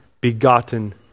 begotten